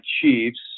Chiefs